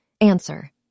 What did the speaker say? Answer